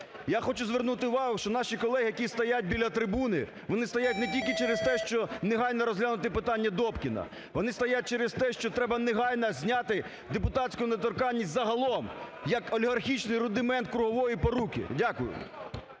Я хочу звернути увагу, що наші колеги, які стоять біля трибуни, вони стоять не тільки через те, що негайно розглянути питання Добкіна, розглянути питання Добкіна. Вони стоять через те, що треба негайно зняти депутатську недоторканність загаром як олігархічний рудимент кругової поруки. Дякую.